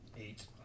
eight